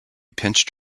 pinched